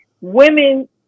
women